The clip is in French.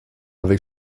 avec